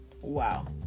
Wow